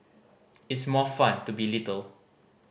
it's more fun to be little